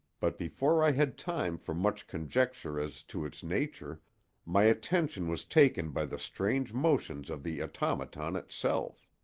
but before i had time for much conjecture as to its nature my attention was taken by the strange motions of the automaton itself.